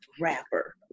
rapper